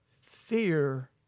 fear